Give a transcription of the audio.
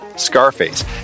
Scarface